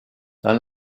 dans